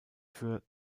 für